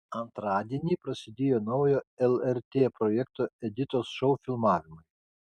antradienį prasidėjo naujo lrt projekto editos šou filmavimai